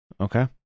Okay